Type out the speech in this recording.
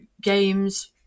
games